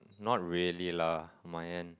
not really lah my end